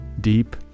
deep